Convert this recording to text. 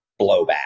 blowback